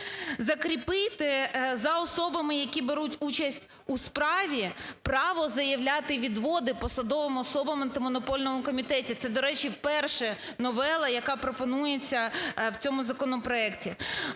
закріпити за особами, які беруть участь у справі, право заявляти відводи посадовим особам в Антимонопольному комітеті. Це, до речі, перша новела, яка пропонується в цьому законопроекті.